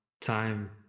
time